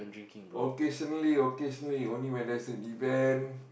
occasionally occasionally only when there's an event